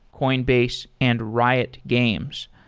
coinbase and riot games.